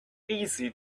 easy